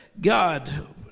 God